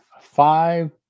five